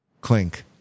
Clink